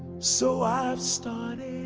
so i've started